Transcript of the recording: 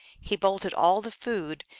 he bolted all the food,